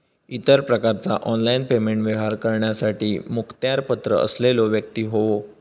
इतर प्रकारचा online payment व्यवहार करण्यासाठी मुखत्यारपत्र असलेलो व्यक्ती होवो